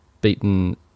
beaten